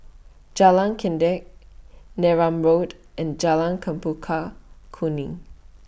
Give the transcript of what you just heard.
Jalan Kledek Neram Road and Jalan Chempaka Kuning